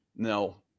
no